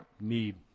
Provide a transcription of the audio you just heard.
need